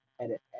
Edit